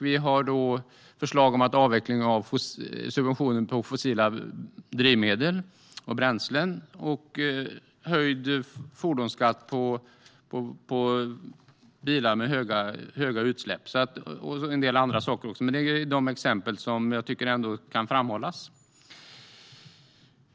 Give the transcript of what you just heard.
Vidare föreslår vi en avveckling av subventionen av fossila drivmedel och bränslen och höjd fordonsskatt på bilar med höga utsläpp. Vi har också en del andra förslag, men detta är exempel som jag tycker kan framhållas.